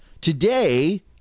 Today